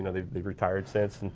and they've they've retired since. and